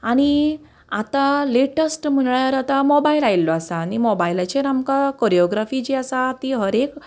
आनी आतां लेटेस्ट म्हणल्यार आतां मोबायल आयिल्लो आसा आनी मोबायलाचेर आमकां कोरिओग्राफी जी आसा ती हर एक